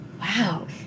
wow